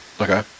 Okay